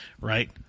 right